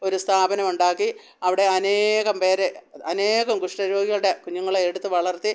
ഒരു സ്ഥാപനം ഉണ്ടാക്കി അവിടെ അനേകം പേർ അനേകം കുഷ്ഠരോഗികളുടെ കുഞ്ഞുങ്ങളെ എടുത്തു വളർത്തി